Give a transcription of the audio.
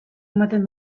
ematen